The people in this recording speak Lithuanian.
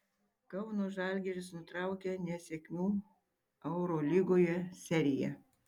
kauno žalgiris nutraukė nesėkmių eurolygoje seriją